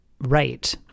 right